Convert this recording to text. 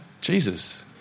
Jesus